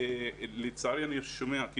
לצערי אני שומע,